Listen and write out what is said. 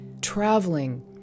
traveling